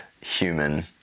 human